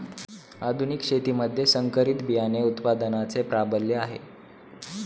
आधुनिक शेतीमध्ये संकरित बियाणे उत्पादनाचे प्राबल्य आहे